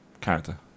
character